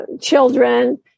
children